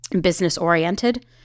business-oriented